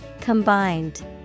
Combined